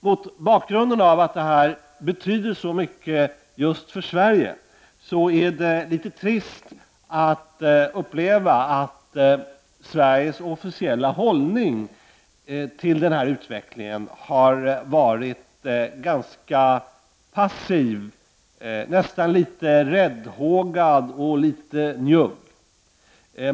Mot bakgrund av att detta betyder så mycket just för Sverige är det litet trist att uppleva att Sveriges officiella hållning till denna utveckling har varit ganska passiv, nästan litet räddhågad och litet njugg.